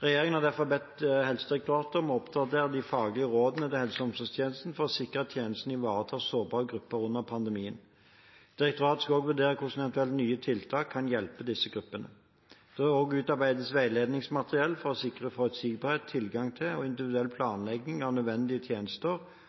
Regjeringen har derfor bedt Helsedirektoratet om å oppdatere de faglige rådene til helse- og omsorgstjenesten for å sikre at tjenestene ivaretar sårbare grupper under pandemien. Direktoratet skal vurdere hvordan eventuelle nye tiltak kan hjelpe disse gruppene. Det skal også utarbeides veiledningsmateriell for å sikre forutsigbarhet, tilgang til og individuell planlegging av nødvendige tjenester